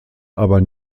aber